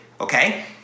okay